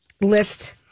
list